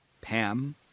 Pam